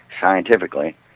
scientifically